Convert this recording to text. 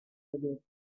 within